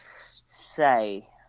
say